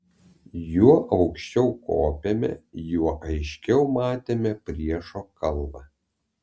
juo aukščiau kopėme juo aiškiau matėme priešo kalvą